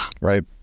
right